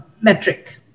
metric